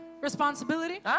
responsibility